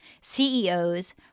CEOs